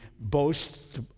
boasts